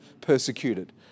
persecuted